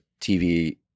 TV